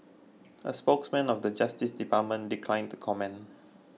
a spokesman of the Justice Department declined to comment